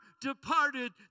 departed